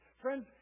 Friends